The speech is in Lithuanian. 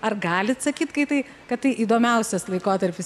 ar galit sakyt kai tai kad tai įdomiausias laikotarpis